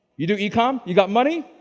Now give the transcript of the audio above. you do ecom? you got money?